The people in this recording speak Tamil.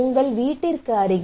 உங்கள் வீட்டிற்கு அருகில்